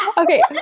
Okay